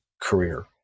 career